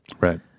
right